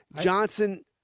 Johnson